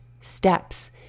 steps